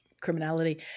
criminality